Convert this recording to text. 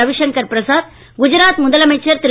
ரவிசங்கர் பிரசாத் குஜராத் முதலமைச்சர் திரு